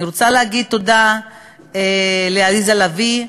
אני רוצה להגיד תודה לעליזה לביא,